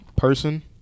person